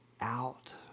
out